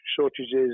shortages